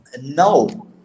No